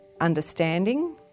understanding